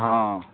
ହଁ